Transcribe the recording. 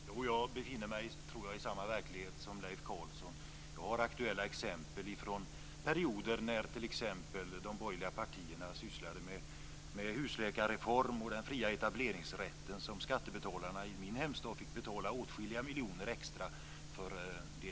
Fru talman! Jag tror att jag befinner mig i samma verklighet som Leif Carlson. Jag har aktuella exempel från perioder när de borgerliga partierna sysslade med husläkarreform och den fria etableringsrätten - experiment som skattebetalarna i min hemstad fick betala åtskilliga miljoner extra för.